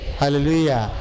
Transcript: hallelujah